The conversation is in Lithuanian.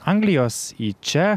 anglijos į čia